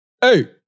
Hey